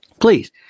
Please